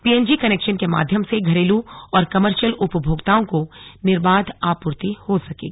PNG connection के माध्यम से घरेलू और कॉमर्शियल उपभोक्ताओं को निर्बाध आपूर्ति हो सकेगी